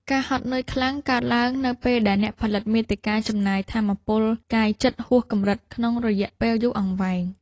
ការហត់នឿយខ្លាំង កើតឡើងនៅពេលដែលអ្នកផលិតមាតិកាចំណាយថាមពលកាយចិត្តហួសកម្រិត ក្នុងរយៈពេលយូរអង្វែង។